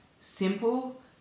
simple